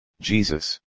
Jesus